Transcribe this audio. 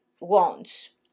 wants